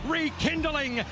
Rekindling